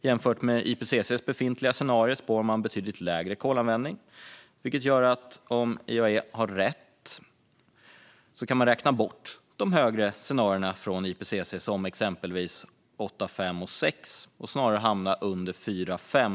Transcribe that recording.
Jämfört med IPCC:s befintliga scenarier spår man betydligt lägre kolanvändning, vilket gör att om IAE har rätt kan man räkna bort de högre scenarierna från IPCC - som exempelvis 8,5 och 6,0 - och snarare hamna under 4,5.